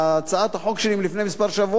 החוק שלי מלפני כמה שבועות,